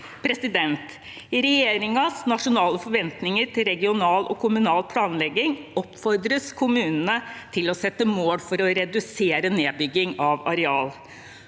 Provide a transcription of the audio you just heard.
forhold. I regjeringens nasjonale forventninger til regional og kommunal planlegging oppfordres kommunene til å sette mål for å redusere nedbygging av areal.